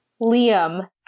Liam